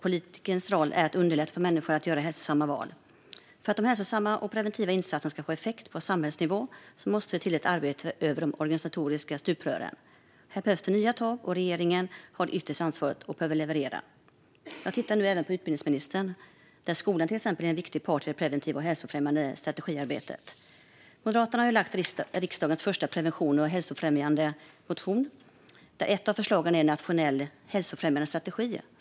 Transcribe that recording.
Politikens roll är att underlätta för människor att göra hälsosamma val. För att de hälsosamma och preventiva insatserna ska få effekt på samhällsnivå måste det till ett arbete över de organisatoriska stuprören. Här behövs det nya tag, och regeringen har ytterst ansvaret och behöver leverera. Jag tittar nu även på utbildningsministern. Skolan är en viktig part i det preventiva och hälsofrämjande strategiarbetet. Moderaterna har lagt fram riksdagens första preventions och hälsofrämjande motion, där ett av förslagen är en nationell hälsofrämjande strategi.